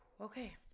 Okay